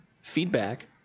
feedback